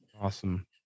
awesome